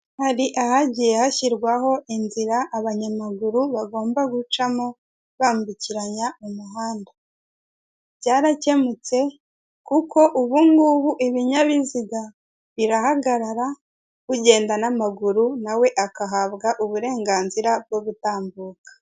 Hari ahagiwe hashyirwaho inzira abanyamaguru bagomba gucamo bambukiranya umuhanda. Byarakemutse kuko ubungubu ibinyabiziga birahagarara ugenda n'amaguru nawe agahabwa uburenganzira bwo gutambuka.